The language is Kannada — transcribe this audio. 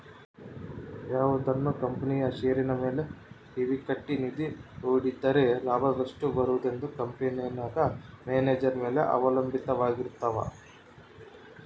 ಯಾವುದನ ಕಂಪನಿಯ ಷೇರಿನ ಮೇಲೆ ಈಕ್ವಿಟಿ ನಿಧಿ ಹೂಡಿದ್ದರೆ ಲಾಭವೆಷ್ಟು ಬರುವುದೆಂದು ಕಂಪೆನೆಗ ಮ್ಯಾನೇಜರ್ ಮೇಲೆ ಅವಲಂಭಿತವಾರಗಿರ್ತವ